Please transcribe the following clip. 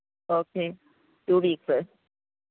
okay two weeks